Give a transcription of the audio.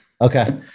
Okay